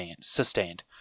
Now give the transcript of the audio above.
sustained